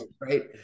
Right